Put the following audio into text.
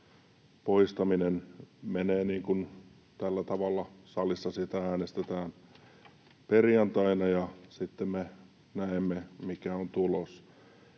poistaminen menee tällä tavalla: salissa siitä äänestetään perjantaina, ja sitten me näemme, mikä on tulos.